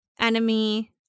Enemy